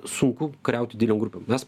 sunku kariauti didelėm grupėm nes